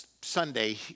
Sunday